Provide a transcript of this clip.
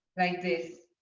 like this.